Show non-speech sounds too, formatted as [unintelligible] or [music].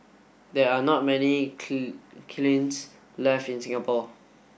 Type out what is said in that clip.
there are not many [unintelligible] left in Singapore